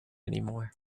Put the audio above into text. anymore